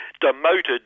demoted